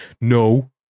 No